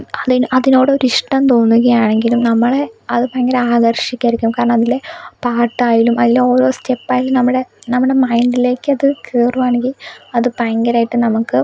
അതിന് അതിനോടൊരു ഇഷ്ടം തോന്നുകയാണെങ്കിൽ നമ്മളെ അത് ഭയങ്കര ആകർഷിക്കുമായിരിക്കും കാരണം അതിലെ പാട്ടായാലും അതിലെ ഓരോ സ്റ്റെപ്പായാലും നമ്മുടെ നമ്മുടെ മൈൻഡിലേക്ക് അത് കയറുകയാണെങ്കിൽ അത് ഭയങ്കരമായിട്ട് നമുക്ക്